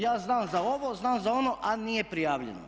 Ja znam za ovo, znam za ono, a nije prijavljeno.